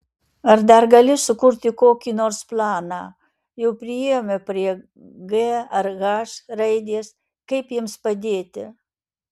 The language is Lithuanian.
ar dar gali sukurti kokį nors planą jau priėjome prie g ar h raidės kaip jiems padėti